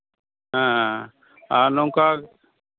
ᱦᱮᱸ ᱟᱨ ᱱᱚᱝᱠᱟ